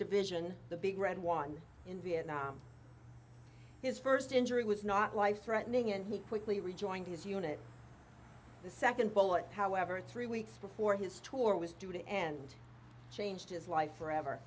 division the big red one in vietnam his first injury was not life threatening and he quickly rejoined his unit the second bullet however three weeks before his tour was due to end changed his life forever